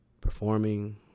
performing